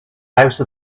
house